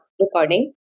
recording